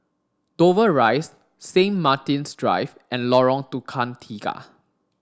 Dover Rise Saint Martin's Drive and Lorong Tukang Tiga